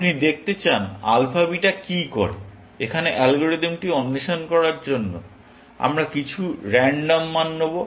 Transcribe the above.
আপনি দেখতে চান আলফা বিটা কি করে এখানে অ্যালগরিদমটি অন্বেষণ করার জন্য আমরা কিছু রান্ডম মান নেব